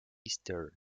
stern